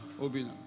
Obina